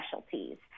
specialties